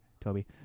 Toby